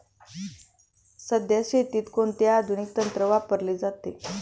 सध्या शेतीत कोणते आधुनिक तंत्र वापरले जाते?